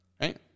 right